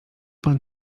pan